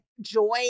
joy